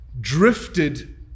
drifted